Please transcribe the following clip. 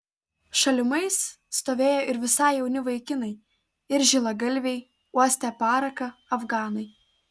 šalimais stovėjo ir visai jauni vaikinai ir žilagalviai uostę paraką afganai